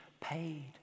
paid